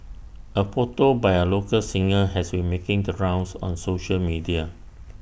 A photo by A local singer has been making the rounds on social media